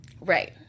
right